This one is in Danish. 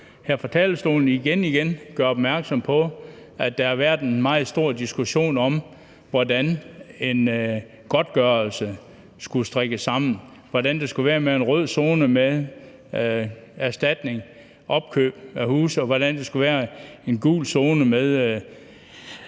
her fra talerstolen igen igen gøre opmærksom på, at der har været en meget stor diskussion om, hvordan en godtgørelse skulle strikkes sammen, hvordan det skulle være med en rød zone med erstatning og opkøb af huse, og hvordan det skulle være med en gul zone med